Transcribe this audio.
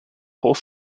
whole